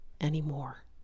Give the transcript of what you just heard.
anymore